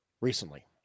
recently